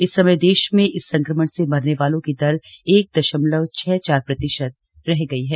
इस समय देश में इस संक्रमण से मरने वालों की दर एक दशमलव छह चार प्रतिशत रह गई है